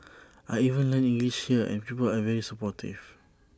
I even learnt English here and people are very supportive